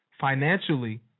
financially